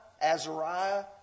Azariah